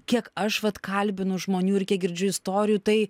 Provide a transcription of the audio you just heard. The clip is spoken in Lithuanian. kiek aš vat kalbinu žmonių ir kiek girdžiu istorijų tai